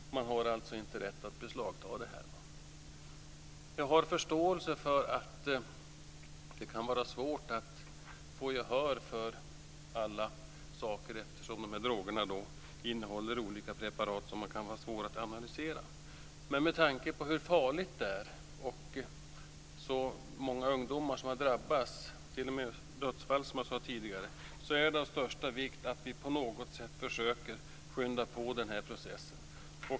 Polisen har alltså inte rätt att beslagta Jag har förståelse för att det kan vara svårt att få gehör för allt, eftersom den här drogen innehåller olika preparat som kan vara svåra att analysera. Men med tanke på hur farligt GHB är och på hur många ungdomar det är som har drabbats - det har t.o.m. inträffat dödsfall, som jag sade tidigare - är det av största vikt att vi på något sätt försöker att skynda på processen.